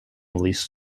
least